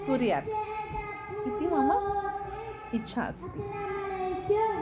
कुर्यात् इति मम इच्छा अस्ति